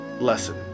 lesson